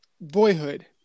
boyhood